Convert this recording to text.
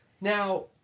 Now